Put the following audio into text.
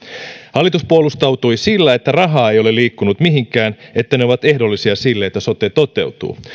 hallitus puolustautui sillä että rahaa ei ole liikkunut mihinkään että ne ovat ehdollisia sille että sote toteutuu